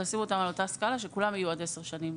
לשים אותן על אותה סקאלה וכולן יהיו עד 10 שנים.